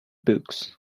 books